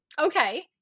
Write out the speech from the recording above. Okay